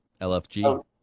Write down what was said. LFG